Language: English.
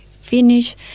finish